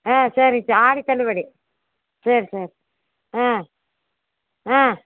ஆ சரி ஆடி தள்ளுபடி சரி சரி ஆ ஆ